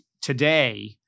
today